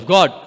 God